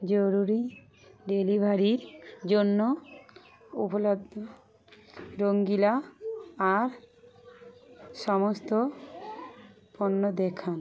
জরুরি ডেলিভারির জন্য উপলব্ধ রঙ্গিলা আর সমস্ত পণ্য দেখান